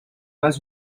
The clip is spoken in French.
pas